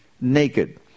naked